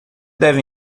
deve